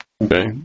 Okay